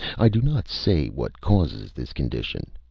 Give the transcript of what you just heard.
i do not say what causes this condition.